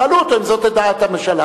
שאלו אותו אם זו דעת הממשלה,